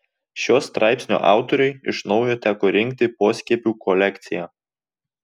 šio straipsnio autoriui iš naujo teko rinkti poskiepių kolekciją